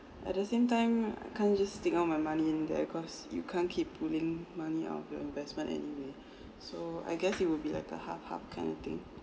at the same time I can't just stick all my money in there because you can't keep pulling money out of your investment anyway so I guess it would be like a half half kind of thing